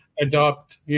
adopt